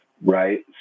right